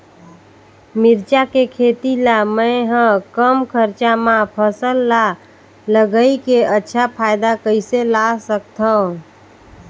मिरचा के खेती ला मै ह कम खरचा मा फसल ला लगई के अच्छा फायदा कइसे ला सकथव?